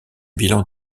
bilan